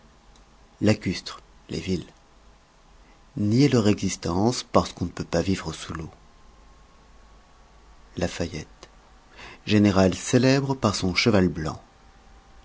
lacustres les villes nier leur existence parce qu'on ne peut pas vivre sous l'eau la fayette général célèbre par son cheval blanc